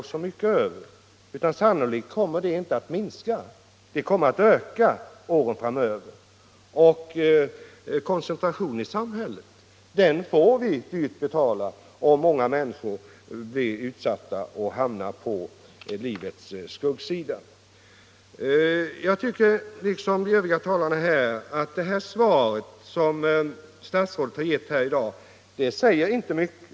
Sannolikt kommer de problemen inte att minska utan att öka åren framöver. Koncentrationen i samhället får vi dyrt betala. Många människor blir utsatta och hamnar på livets skuggsida.